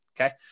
okay